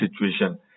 situation